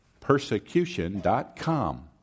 persecution.com